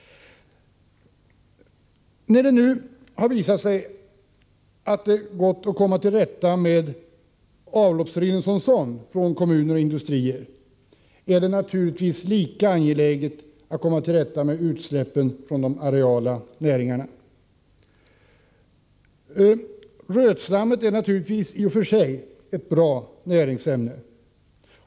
När det nu har visat sig vara möjligt att komma till rätta med avloppsreningen som sådan från kommuner och industrier är det naturligtvis lika angeläget att komma till rätta med utsläppen när det gäller de areala näringarna. Rötslammet är naturligtvis i och för sig ett bra näringsämne.